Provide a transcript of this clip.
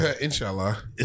Inshallah